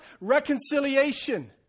reconciliation